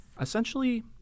Essentially